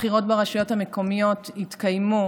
הבחירות לרשויות המקומיות יתקיימו